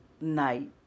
night